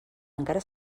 encara